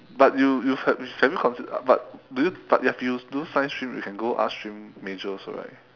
but you you have have you considered but will you but you have you do science stream you can go arts stream major also right